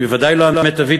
היא בוודאי לא המיטבית,